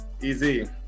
Easy